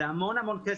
זה ממש לא נכון.